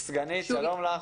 הסגנית, שלום לך.